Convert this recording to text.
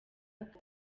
kabiri